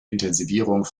intensivierung